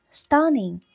stunning